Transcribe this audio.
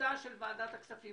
שסמכותה של ועדת הכספים,